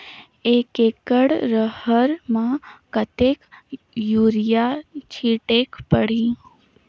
एक एकड रहर म कतेक युरिया छीटेक परही?